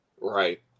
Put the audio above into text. Right